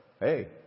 Hey